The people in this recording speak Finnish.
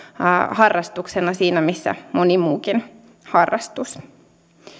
harrastuksena siinä missä moni muukin harrastus